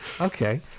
okay